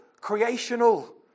creational